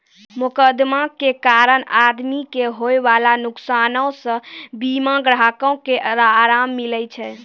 मोकदमा के कारण आदमी के होयबाला नुकसानो से बीमा ग्राहको के अराम मिलै छै